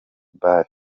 ball